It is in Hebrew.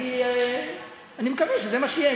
אני מקווה שזה מה שיהיה.